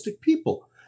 people